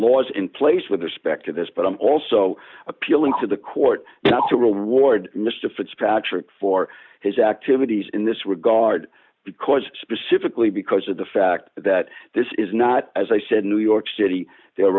laws in place with respect to this but i'm also appealing to the court not to reward mr fitzpatrick for his activities in this regard because specifically because of the fact that this is not as i said new york d city the